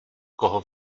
koho